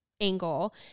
angle